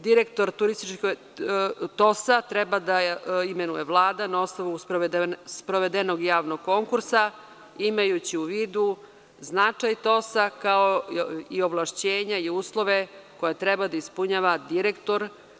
Direktor TOS-a treba da imenuje Vlada na osnovu sprovedenog javnog konkursa, imajući u vidu značaj TOS-a, kao i ovlašćenja i uslove koje treba da ispunjava direktor.